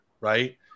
right